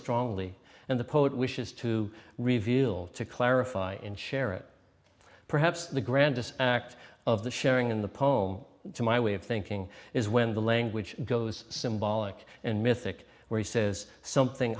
strongly and the poet wishes to reveal to clarify and share it perhaps the grandest act of the sharing in the poem to my way of thinking is when the language goes symbolic and mythic where he says something